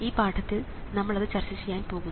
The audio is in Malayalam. ഈ പാഠത്തിൽ നമ്മൾ അത് ചർച്ച ചെയ്യാൻ പോകുന്നു